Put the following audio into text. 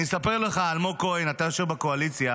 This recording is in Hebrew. אני אספר לך, אלמוג כהן, אתה יושב בקואליציה,